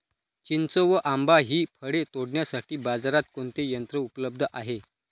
चिंच व आंबा हि फळे तोडण्यासाठी बाजारात कोणते यंत्र उपलब्ध आहे?